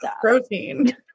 Protein